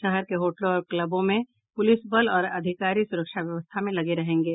शहर के होटलों और क्लबों में पुलिस बल और अधिकारी सुरक्षा व्यवस्था में लगे रहेंगे